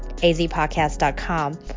azpodcast.com